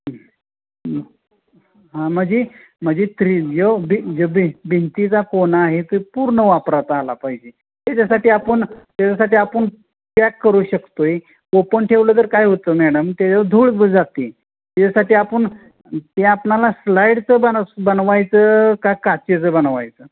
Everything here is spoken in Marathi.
हां म्हणजे म्हणजे थ्री जो भि जो भिंतीचा कोना आहे ते पूर्ण वापरात आला पाहिजे त्याच्यासाठी आपण त्याच्यासाठी आपण पॅक करू शकतो आहे ओपन ठेवलं तर काय होतं मॅडम त्याच्यावर धूळ जाते त्याच्यासाठी आपण ते आपणाला स्लाईडचं बन बनवायचं का काचेचं बनवायचं